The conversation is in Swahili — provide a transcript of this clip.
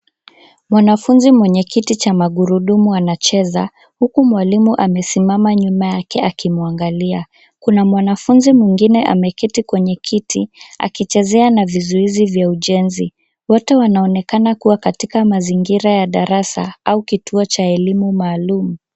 Mwanafunzi mwenye kiti cha magurudumu anacheza, huku mwalimu amesimama nyuma yake akimwangalia. Kuna mwanafunzi mwingine ameketi kwenye kiti akichezea na vizuizi vya ujenzi. Wote wanaonekana kuwa katika mazingira ya darasa au kituo cha elimu maalum.